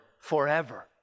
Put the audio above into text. forever